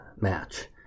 match